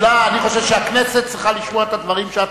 אני חושב שהכנסת צריכה לשמוע את הדברים שאת